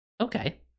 Okay